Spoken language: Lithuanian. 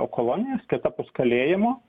kolonijos kitapus kalėjimo